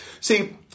See